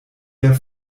der